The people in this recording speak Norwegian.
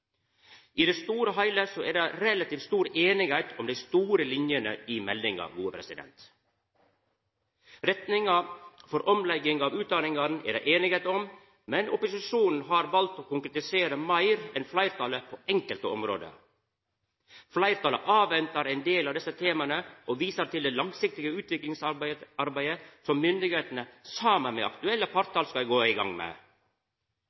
I det store og heile er det relativt stor einigheit om dei store linjene i meldinga. Retninga for omlegging av utdanninga er det einigheit om, men opposisjonen har valt å konkretisera meir enn fleirtalet på enkelte område. Fleirtalet ventar på ein del av desse tema og viser til det langsiktige utviklingsarbeidet som myndigheitene, saman med alle aktuelle partar, skal gå i gang med.